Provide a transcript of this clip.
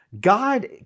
God